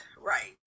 right